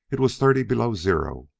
it was thirty below zero,